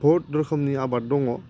बहुद रोखोमनि आबाद दङ